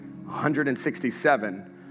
167